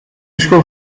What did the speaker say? schoof